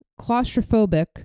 claustrophobic